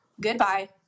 Goodbye